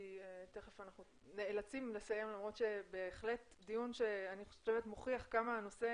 כי תיכף אנחנו נאלצים לסיים למרות שבהחלט הדיון מוכיח כמה הנושא